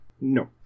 No